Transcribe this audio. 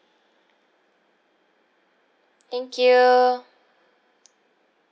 thank you